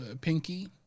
pinky